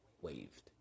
Waved